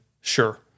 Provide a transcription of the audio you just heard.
sure